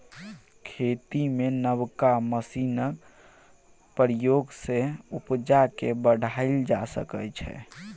खेती मे नबका मशीनक प्रयोग सँ उपजा केँ बढ़ाएल जा सकै छै